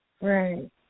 Right